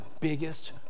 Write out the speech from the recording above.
biggest